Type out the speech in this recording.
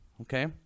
okay